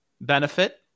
benefit